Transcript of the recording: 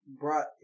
brought